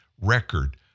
record